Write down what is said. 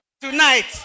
Tonight